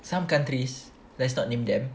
some countries let's not name them